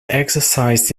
exercised